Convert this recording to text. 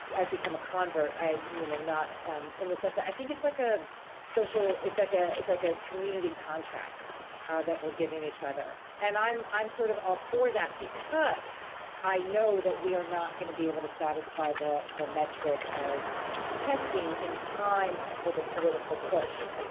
i've become a convert. i you know, not in the sense that i think it's like a social it's like a it's like a community contract ah that we're giving each other. and i'm i'm sort of all for that because i know that we are not going to be able to satisfy that the metric of testing in time for the political push,